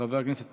חבר הכנסת